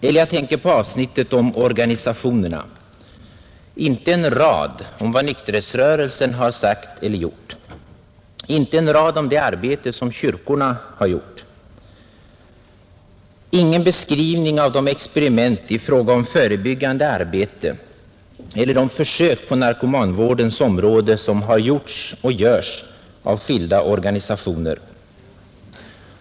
Eller jag tänker på avsnittet om organisationerna. Inte en rad om vad nykterhetsrörelsen har sagt eller gjort. Inte en rad om det arbete som kyrkorna har svarat för. Ingen beskrivning av de experiment i fråga om förebyggande arbete eller de försök på narkomanvårdens område som har gjorts och görs av skilda organisationer.